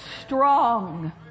strong